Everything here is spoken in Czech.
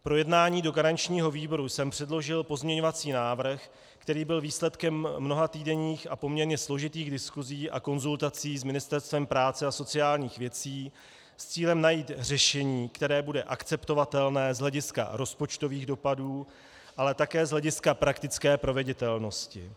Pro jednání do garančního výboru jsem předložil pozměňovací návrh, který byl výsledkem mnohatýdenních a poměrně složitých diskusí a konzultací s Ministerstvem práce a sociálních věcí s cílem najít řešení, které bude akceptovatelné z hlediska rozpočtových dopadů, ale také z hlediska praktické proveditelnosti.